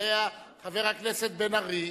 חבר הכנסת בן-ארי.